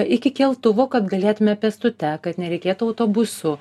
iki keltuvo kad galėtume pestute kad nereikėtų autobusu